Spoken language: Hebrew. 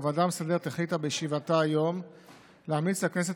הוועדה המסדרת החליטה בישיבתה היום להמליץ לכנסת